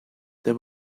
there